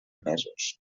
mesos